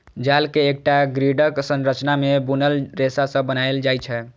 जाल कें एकटा ग्रिडक संरचना मे बुनल रेशा सं बनाएल जाइ छै